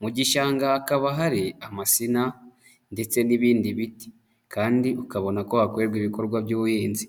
Mu gishanga hakaba hari amasina ndetse n'ibindi biti kandi ukabona ko hakorerwa ibikorwa by'ubuhinzi.